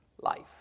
life